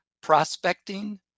prospecting